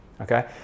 okay